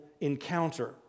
encounter